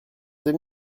deux